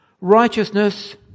righteousness